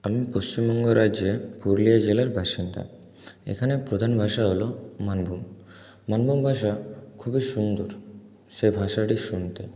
আমি পশ্চিমবঙ্গ রাজ্যের পুরুলিয়া জেলার বাসিন্দা এখানে প্রধান ভাষা হলো মানভূম মানভূম ভাষা খুবই সুন্দর সে ভাষাটি শুনতে